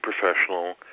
professional